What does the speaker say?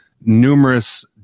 numerous